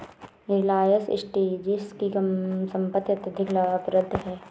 रिलायंस इंडस्ट्रीज की संपत्ति अत्यधिक लाभप्रद है